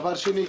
דבר שני,